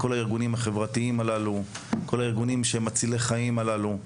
יחד עם כל הארגונים החברתיים מצילי החיים הללו,